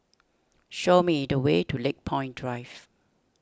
show me the way to Lakepoint Drive